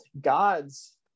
God's